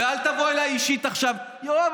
ואל תבוא אליי אישית עכשיו: יואב,